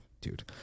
dude